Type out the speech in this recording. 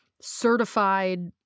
certified